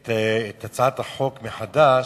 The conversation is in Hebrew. את הצעת החוק מחדש,